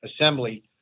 assembly